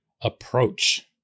approach